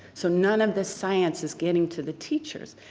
so none of this science is getting to the teachers.